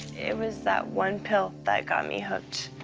it was that one pill that got me hooked.